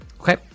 Okay